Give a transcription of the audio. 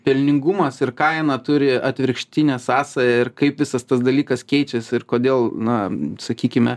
pelningumas ir kaina turi atvirkštinę sąsają ir kaip visas tas dalykas keičiasi ir kodėl na sakykime